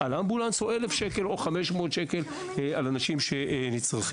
700 או 1,000 שקל על אמבולנס.